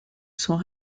sont